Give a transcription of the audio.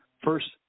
first